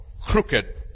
crooked